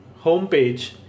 homepage